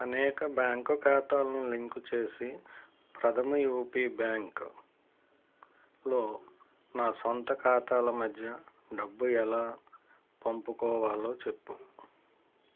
అనేక బ్యాంకు ఖాతాలను లింకు చేసి ప్రథమ యూపీ బ్యాంక్లో నా సొంత ఖాతాల మధ్య డబ్బు ఎలా పంపుకోవాలో చెప్పు